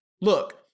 Look